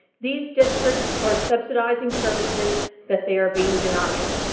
these districts are subsidizing services that they're being denied